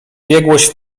biegłość